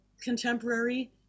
contemporary